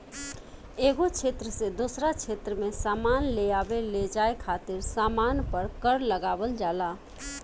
एगो क्षेत्र से दोसरा क्षेत्र में सामान लेआवे लेजाये खातिर सामान पर कर लगावल जाला